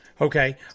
Okay